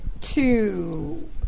two